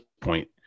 point